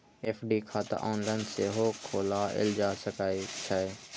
FD खाता online सेहो खोलाएल जा सकै छै